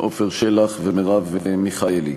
עפר שלח ומרב מיכאלי.